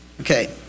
Okay